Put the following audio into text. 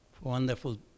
wonderful